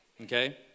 Okay